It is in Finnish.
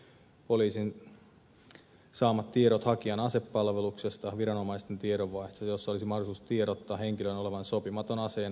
se voi olla psykologinen testaus poliisin saamat tiedot hakijan asepalveluksesta viranomaisten tiedonvaihto jossa olisi mahdollisuus tiedottaa henkilön olevan sopimaton aseen haltijaksi